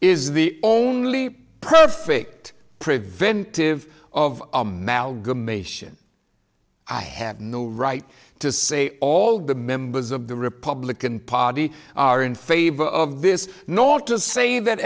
is the only perfect preventive of amalgamation i have no right to say all the members of the republican party are in favor of this nor to say that